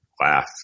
laugh